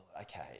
okay